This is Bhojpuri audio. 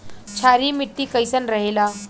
क्षारीय मिट्टी कईसन रहेला?